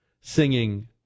singing